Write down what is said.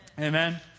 Amen